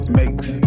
makes